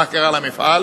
מה קרה למפעל?